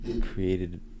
created